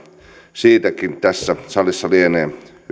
siitäkin tässä salissa lienee